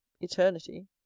eternity